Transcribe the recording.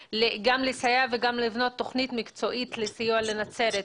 לסייע וגם לבנות תוכנית מקצועית לסיוע נצרת,